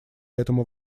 этому